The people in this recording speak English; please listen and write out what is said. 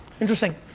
Interesting